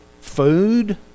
food